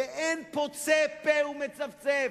ואין פוצה פה ומצפצף,